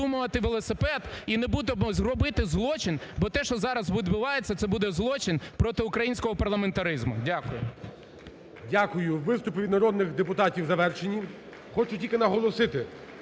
Дякую. Виступи від народних депутатів завершені. Хочу тільки наголосити,